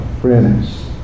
friends